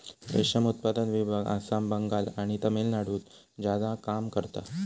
रेशम उत्पादन विभाग आसाम, बंगाल आणि तामिळनाडुत ज्यादा काम करता